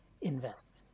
investment